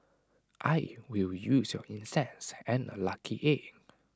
I will use your incense and A lucky egg